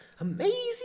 Amazing